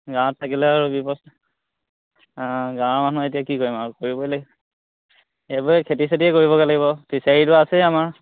গাঁৱত থাকিলে আৰু ব্যৱস্থা অঁ গাঁৱৰ মানুহ এতিয়া কি কৰিম আৰু কৰিবই লাগিব এইবোৰে খেতি চেতিয়ে কৰিবগৈ লাগিব ফিছাৰীটো আছেই আমাৰ